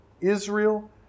Israel